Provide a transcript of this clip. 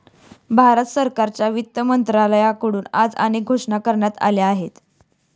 भारत सरकारच्या वित्त मंत्रालयाकडून आज अनेक घोषणा करण्यात आल्या आहेत